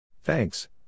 Thanks